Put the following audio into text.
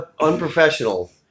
unprofessional